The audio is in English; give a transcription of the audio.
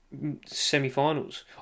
semifinals